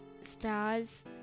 stars